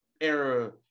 era